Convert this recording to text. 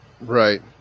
Right